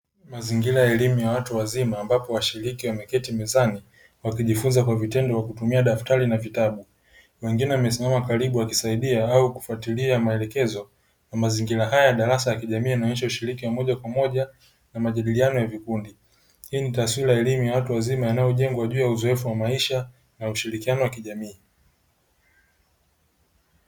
Mazingira ya elimu ya watu wazima ambapo washiriki wameketi mezani, wakijifunza kwa vitendo kwa kutumia daftari na vitabu. Mwingine amesimama karibu akisaidia au kufuatilia maelekezo ya mazingira haya ya darasa la kijamii, yanayoonesha ushiriki wa mmoja kwa mmoja na majadiliano ya vikundi. Hii ni taswira ya elimu ya watu wazima, unaojengwa juu ya uzoefu wa maisha na ushirikiano wa kijamii.